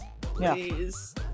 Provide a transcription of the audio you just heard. Please